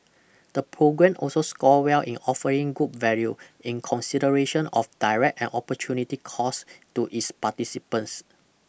the programme also scored well in offering good value in consideration of direct and opportunity cost to its participants